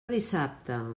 dissabte